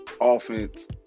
offense